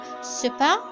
super